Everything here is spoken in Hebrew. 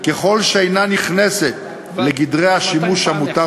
וככל שיש התנגדות לדיון על-ידי ועדת הערר,